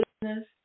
business